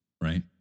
right